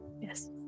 Yes